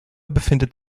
befindet